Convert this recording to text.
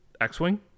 X-wing